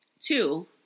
two